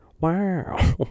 wow